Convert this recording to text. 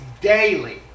daily